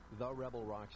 therebelrocks